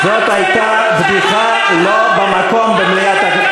זו הייתה בדיחה לא במקום במליאת הכנסת.